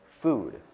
food